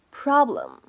problem